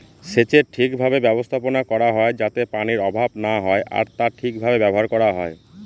সেচের ঠিক ভাবে ব্যবস্থাপনা করা হয় যাতে পানির অভাব না হয় আর তা ঠিক ভাবে ব্যবহার করা হয়